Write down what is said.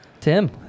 Tim